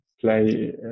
play